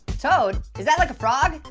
toad? is that like a frog?